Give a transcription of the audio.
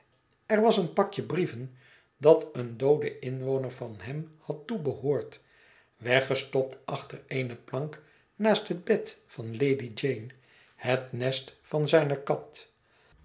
er was een pakje brieven dat een dooden inwoner van hem had toebehoord weggestopt achter eene plank naast het bed van lady jane het nest van zijne kat